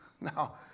Now